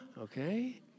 okay